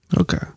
Okay